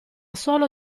solo